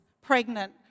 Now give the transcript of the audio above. pregnant